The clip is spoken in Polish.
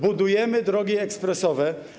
Budujemy drogi ekspresowe.